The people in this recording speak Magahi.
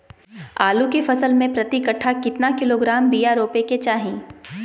आलू के फसल में प्रति कट्ठा कितना किलोग्राम बिया रोपे के चाहि?